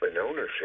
ownership